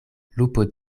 lupo